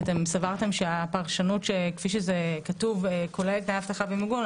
כי אתם סברתם שהפרשנות כפי שהיא כתובה כוללת תנאי אבטחה ומיגון,